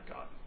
God